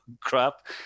crap